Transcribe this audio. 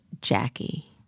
Jackie